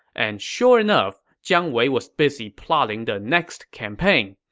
and sure enough, jiang wei was busy plotting the next campaign.